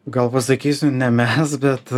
gal pasakysiu ne mes bet